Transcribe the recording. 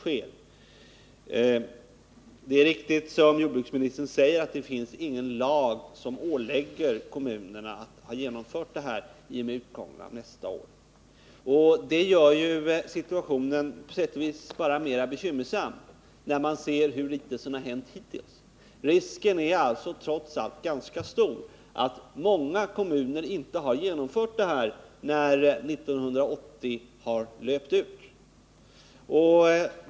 Det är riktigt, som jordbruksministern säger, att det inte finns någon lag som ålägger kommunerna att ha genomfört den här utvidgningen i och med utgången av nästa år. Det gör situationen på sätt och vis mer bekymmersam — när man ser hur litet som hänt hittills. Risken är alltså trots allt ganska stor att många kommuner inte har genomfört detta omhändertagande när 1980 har löpt ut.